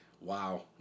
Wow